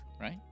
right